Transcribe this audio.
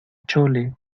chole